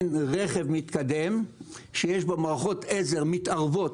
רכב מתקדם שיש בו מערכות עזר מתערבות,